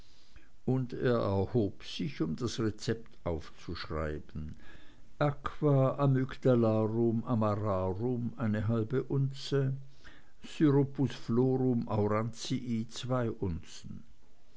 und er erhob sich um das rezept aufzuschreiben aqua amygdalarum amararum eine halbe unze syrupus florum aurantii zwei